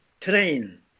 train